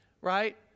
right